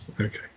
Okay